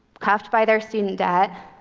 cuffed by their student debt,